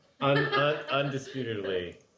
Undisputedly